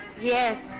Yes